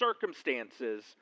circumstances